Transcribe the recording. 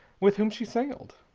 with whom she sailed.